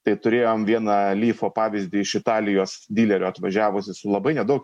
tai turėjom vieną lyfo pavyzdį iš italijos dilerio atvažiavusį su labai nedaug